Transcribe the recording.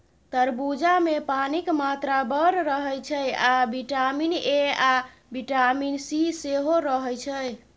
तरबुजामे पानिक मात्रा बड़ रहय छै आ बिटामिन ए आ बिटामिन सी सेहो रहय छै